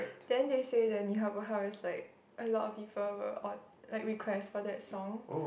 then they said the 你好不好 is like a lot of people will all like request for that song